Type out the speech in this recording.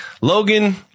Logan